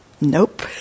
nope